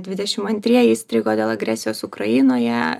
dvidešimt antrieji įstrigo dėl agresijos ukrainoje